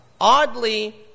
oddly